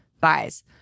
buys